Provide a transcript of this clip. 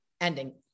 ending